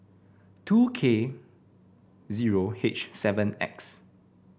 two K zero H seven X